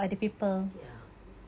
ya